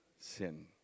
sin